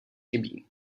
chybí